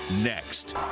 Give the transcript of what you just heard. Next